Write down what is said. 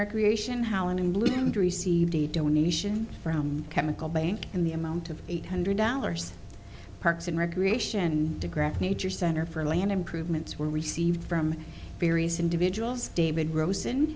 recreation how and loomed received a donation from chemical bank in the amount of eight hundred dollars parks and recreation digraph nature center for land improvements were received from various individuals david rosen